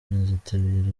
ntazitabira